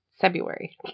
February